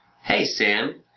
hey sam,